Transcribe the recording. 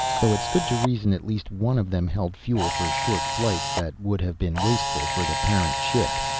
though it stood to reason at least one of them held fuel for short flights that would have been wasteful for the parent ship.